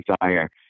desire